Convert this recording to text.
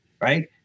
right